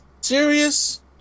serious